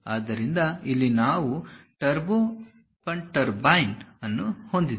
ಆದ್ದರಿಂದ ಇಲ್ಲಿ ನಾವು ಟರ್ಬೊ ಪಂಪ್ ಟರ್ಬೈನ್ ಅನ್ನು ಹೊಂದಿದ್ದೇವೆ